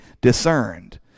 discerned